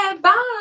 Bye